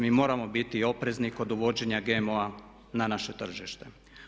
Mi moramo biti oprezni kod uvođenja GMO-a na naše tržište.